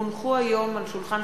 כי הונחו היום על שולחן